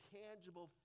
tangible